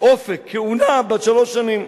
אופק כהונה בת שלוש שנים.